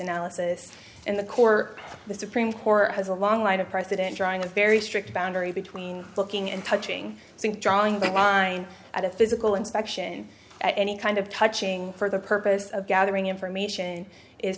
analysis and the court the supreme court has a long line of president drawing a very strict boundary between looking and touching i think drawing the line at a physical inspection at any kind of touching for the purpose of gathering information is